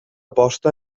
posta